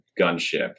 gunship